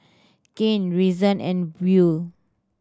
Kane Reason and Buel